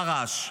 פרש.